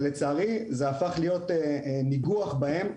ולצערי זה הפך להיות ניגוח בהם.